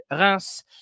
Reims